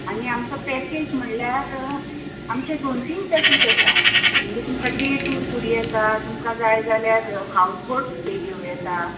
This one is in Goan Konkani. आनी आमचो पॅकेज म्हळ्यार आमचे दोन तीन पॅकेज आसा जरी तुमकां डॅ टूर जरी येता तुमकां जाय जाल्यार हावज बोट स्टे घेवूंक येता